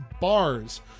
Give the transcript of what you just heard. bars